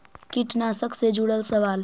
कीटनाशक से जुड़ल सवाल?